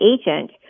agent